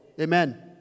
Amen